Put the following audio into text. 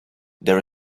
there